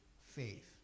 faith